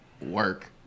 work